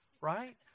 right